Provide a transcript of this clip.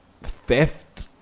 theft